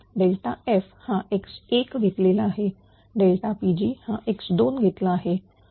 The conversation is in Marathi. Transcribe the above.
f हा x1 घेतलेला आहे Pg हा x2 घेतलेला आहे